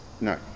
no